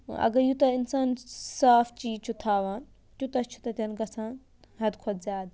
اگر یوٗتاہ اِنسان صاف چیٖز چھُ تھاوان تیوٗتاہ چھُ تَتٮ۪ن گَژھان حد کھۄتہٕ زیادٕ